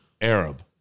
Arab